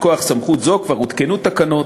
מכוח סמכות זאת כבר הותקנו תקנות,